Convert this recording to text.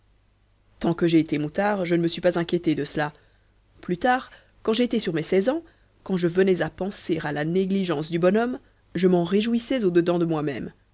tant que j'ai été moutard je ne me suis pas inquiété de cela plus tard quand j'ai été sur mes seize ans quand je venais à penser à la négligence du bonhomme je m'en réjouissais au dedans de moi-même